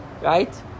right